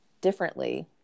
differently